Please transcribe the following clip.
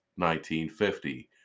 1950